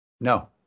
No